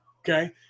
okay